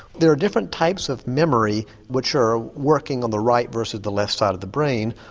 there are different types of memory which are working on the right versus the left side of the brain.